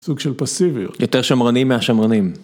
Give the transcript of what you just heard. סוג של פסיביות. יותר שמרנים מהשמרנים.